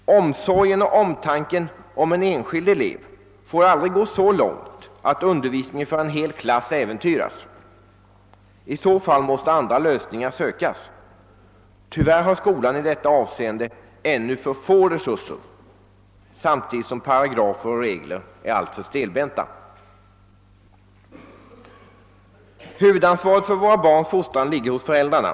Omsorgen och omtanken om en enskild elev får aldrig gå så långt, att undervisningen för en hel klass äventyras. I så fall måste andra lösningar sökas. Tyvärr har skolan i detta avseende ännu för få resurser, samtidigt som paragrafer och regler är alltför stelbenta. Huvudansvaret för våra barns fostran ligger hos föräldrarna.